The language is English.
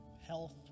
health